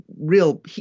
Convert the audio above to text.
Real